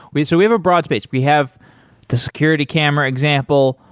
we so we have a broad space. we have the security-camera example,